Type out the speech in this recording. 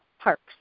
Parks